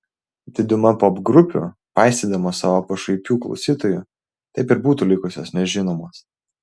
diduma popgrupių paisydamos savo pašaipių klausytojų taip ir būtų likusios nežinomos